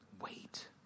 Wait